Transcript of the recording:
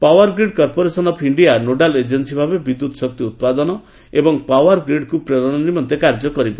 power grid corporation of India nodal agency ଭାବେ ବିଦ୍ୟୁତ୍ ଶକ୍ତି ଉତ୍ପାଦନ ଏବଂ ପାୱାର୍ ଗ୍ରିଡ୍କୁ ପ୍ରେରଣ ନିମନ୍ତେ କାର୍ଯ୍ୟ କରିବ